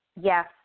Yes